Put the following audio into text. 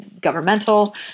governmental